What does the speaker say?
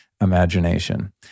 imagination